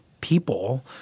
people